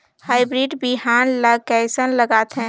Hybrid बिहान ला कइसन लगाथे?